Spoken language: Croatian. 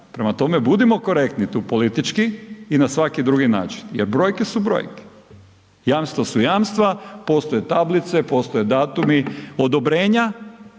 Prema tome, budimo korektni tu politički i na svaki drugi način jer brojke su brojke. Jamstva su jamstva, postoje tablice, postoje datumi, odobrenja